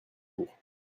jours